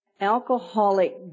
alcoholic